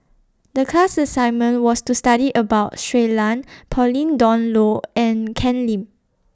The class assignment was to study about Shui Lan Pauline Dawn Loh and Ken Lim